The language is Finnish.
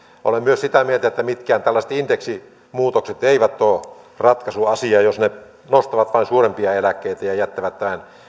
olen myös sitä mieltä että mitkään tällaiset indeksimuutokset eivät ole ratkaisu asiaan jos ne nostavat vain suurimpia eläkkeitä ja jättävät